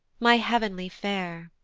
my heav'nly fair!